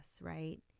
right